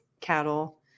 cattle